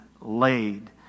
laid